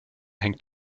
hängt